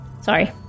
sorry